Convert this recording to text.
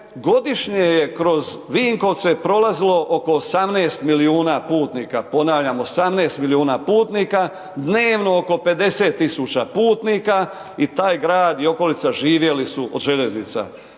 godišnje je kroz Vinkovce prolazilo oko 18 milijuna putnika, dnevno oko 50 tisuća putnika i taj grad i okolica živjeli su od željeznica.